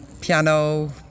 piano